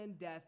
death